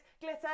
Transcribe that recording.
glitter